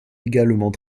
également